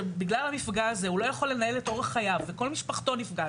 שבגלל המפגע הזה הוא לא יכול לנהל את אורח חייו וכל משפחתו נפגעת.